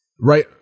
right